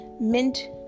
mint